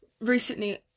recently